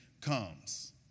comes